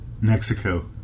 Mexico